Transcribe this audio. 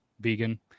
vegan